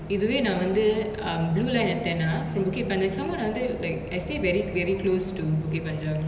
இதுவே நா வந்து:ithuve na vanthu um blue line எடுத்தனா:eduthanaa from bukit panjang some more நா வந்து:na vanthu like I stay very very close to bukit panjang